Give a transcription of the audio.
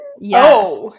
Yes